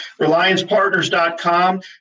ReliancePartners.com